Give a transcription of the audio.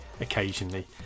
occasionally